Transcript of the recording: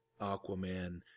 Aquaman